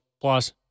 Plus